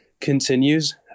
continues